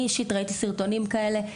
אני אישית ראיתי סרטונים כאלה.